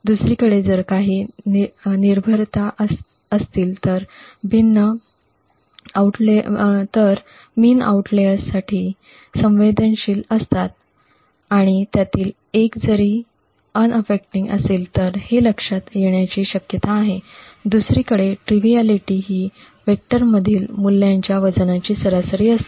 दुसरीकडे जर काही निर्भरता असतील तर मिन आउटलेअर्ससाठी संवेदनशील असतात आणि त्यातील एक जरी अप्रभावित असेल तर हे लक्षात येण्याची शक्यता आहे दुसरीकडे ट्रिव्हिएलिटी ही वेक्टरमधील मूल्यांच्या वजनाची सरासरी असते